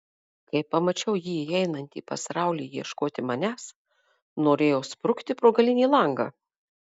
kai pamačiau jį įeinantį pas raulį ieškoti manęs norėjau sprukti pro galinį langą